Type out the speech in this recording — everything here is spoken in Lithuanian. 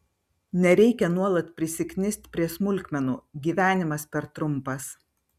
nereikia nuolat prisiknist prie smulkmenų gyvenimas per trumpas